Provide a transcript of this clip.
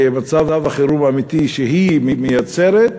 מצב החירום האמיתי שהיא מייצרת,